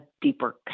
deeper